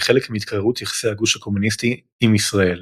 כחלק מהתקררות יחסי הגוש הקומוניסטי עם ישראל,